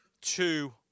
two